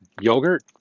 Yogurt